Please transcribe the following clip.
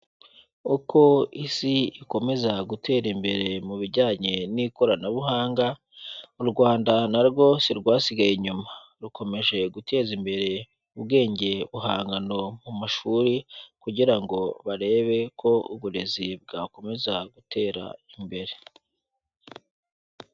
Uko isi ikomeza gutera imbere mu bijyanye n'ikoranabuhanga, u Rwanda na rwo si rwasigaye inyuma. Rukomeje guteza imbere ubwenge buhangano mu mashuri, kugira ngo barebe ko uburezi bwakomeza gutera imbere.